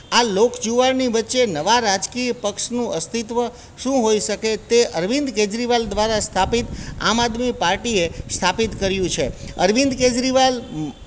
આ લોકજુવાળની વચ્ચે નવા રાજકીય પક્ષનું અસ્તિત્વ શું હોઈ શકે તે અરવિંદ કેજરીવાલ દ્વારા સ્થાપિત આમ આદમી પાર્ટીએ સ્થાપિત કર્યું છે અરવિંદ કેજરીવાલ